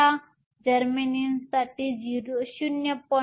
15 जर्मेनियमसाठी 0